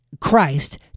Christ